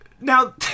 now